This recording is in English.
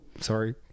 Sorry